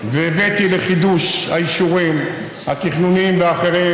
והבאתי לחידוש האישורים התכנוניים והאחרים,